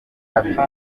kabiri